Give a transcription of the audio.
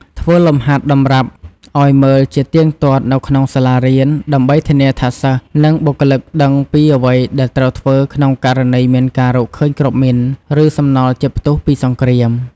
ធ្វើលំហាត់តម្រាប់អោយមើលជាទៀងទាត់នៅក្នុងសាលារៀន ដើម្បីធានាថាសិស្ស និងបុគ្គលិកដឹងពីអ្វីដែលត្រូវធ្វើក្នុងករណីមានការរកឃើញគ្រាប់មីន ឬ សំណល់ជាតិផ្ទុះពីសង្គ្រាម ។